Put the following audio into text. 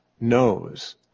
knows